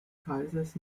kaisers